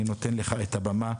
אני נותן לך את הבמה,